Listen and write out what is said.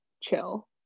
chill